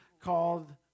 called